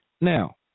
Now